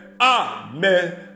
Amen